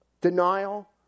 Denial